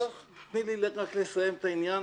תני לי רק לסיים את העניין.